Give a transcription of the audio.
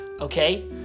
okay